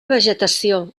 vegetació